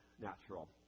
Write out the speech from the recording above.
natural